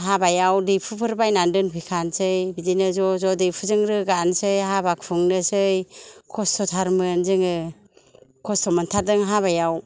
हाबायाव दैहुफोर बायनानै दोनफैखानोसै बिदिनो ज' ज' दैहुजों रोगानोसै हाबा खुंनोसै खस्थ'थारमोन जोङो खस्थ' मोनथारदों हाबायाव